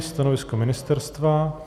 Stanovisko ministerstva?